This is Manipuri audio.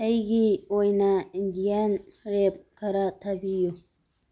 ꯑꯩꯒꯤ ꯑꯣꯏꯅ ꯏꯟꯗꯤꯌꯥꯟ ꯔꯦꯞ ꯈꯔ ꯊꯥꯕꯤꯌꯨ